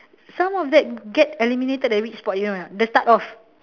some of that get eliminated at which spot you know or not the start of